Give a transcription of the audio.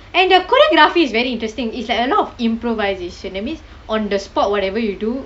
and the choreography is very interesting it's like a lot of improvisation that means on the spot whatever you do